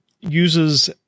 uses